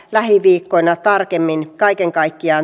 lähiviikkoina tarkemmin kaiken kaikkiaan